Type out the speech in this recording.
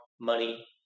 money